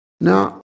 Now